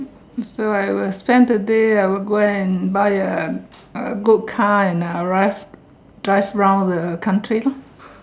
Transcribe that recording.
so I will spend today I will go and buy a a good car and I'll drive drive round the country lor